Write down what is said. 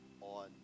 on